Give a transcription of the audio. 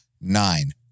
Nine